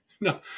No